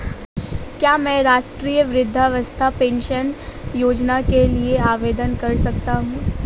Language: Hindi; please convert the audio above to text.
क्या मैं राष्ट्रीय वृद्धावस्था पेंशन योजना के लिए आवेदन कर सकता हूँ?